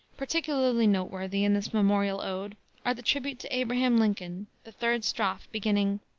particularly noteworthy in this memorial ode are the tribute to abraham lincoln, the third strophe, beginning,